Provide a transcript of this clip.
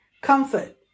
comfort